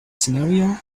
scenario